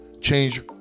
change